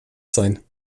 sein